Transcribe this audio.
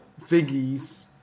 Figgies